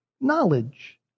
Knowledge